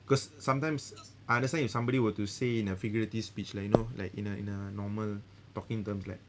because sometimes I understand if somebody were to say in a figurative speech like you know like in a in a normal talking terms like